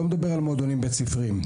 לא מדבר על מועדונים בית-ספריים.